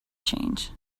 change